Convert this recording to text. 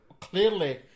clearly